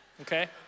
okay